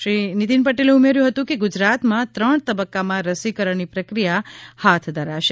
શ્રી નિતીન પટેલે ઉમેર્યુ હતું કે ગુજરાતમાં ત્રણ તબક્કામાં રસીકરણની પ્રક્રિયા હાથ ધરાશે